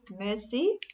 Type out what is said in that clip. Mercy